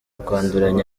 kwanduranya